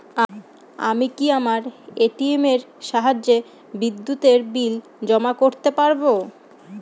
আমি কি আমার এ.টি.এম এর সাহায্যে বিদ্যুতের বিল জমা করতে পারব?